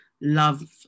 love